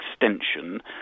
extension